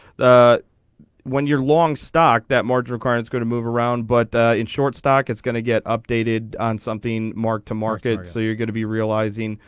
ah when your long stock that marge records go to move around but in short stock it's going to get updated on something. mark to market so you're going to be realizing.